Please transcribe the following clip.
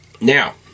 Now